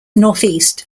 northeast